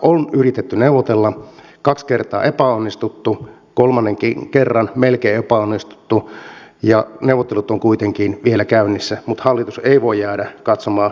on yritetty neuvotella kaksi kertaa on epäonnistuttu kolmannenkin kerran melkein on epäonnistuttu ja neuvottelut ovat kuitenkin vielä käynnissä mutta hallitus ei voi jäädä katsomaan sivusta